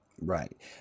Right